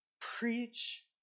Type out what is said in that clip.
preach